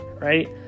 right